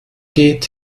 geht